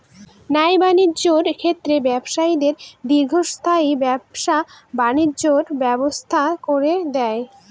ন্যায় বাণিজ্যের ক্ষেত্রে ব্যবসায়ীদের দীর্ঘস্থায়ী ব্যবসা বাণিজ্যের ব্যবস্থা করে দেয়